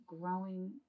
growing